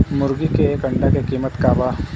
मुर्गी के एक अंडा के कीमत का बा?